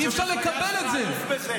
אי-אפשר לקבל את זה.